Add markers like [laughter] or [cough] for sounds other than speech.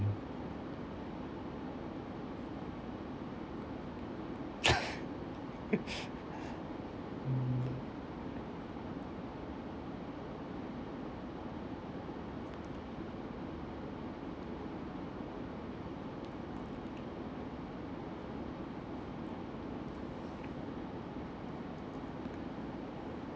[laughs] mm